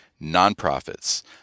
Nonprofits